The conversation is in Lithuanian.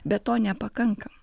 bet to nepakanka